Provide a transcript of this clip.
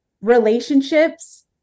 relationships